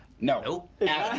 no.